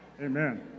Amen